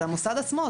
זה המוסד עצמו.